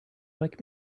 like